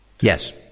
Yes